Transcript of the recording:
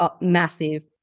Massive